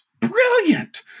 brilliant